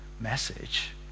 message